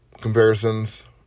comparisons